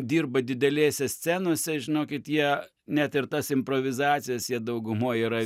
dirba didelėse scenose žinokit jie net ir tas improvizacijas jie daugumoj yra